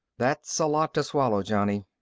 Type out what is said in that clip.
that's a lot to swallow, johnny.